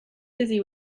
busy